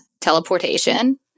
teleportation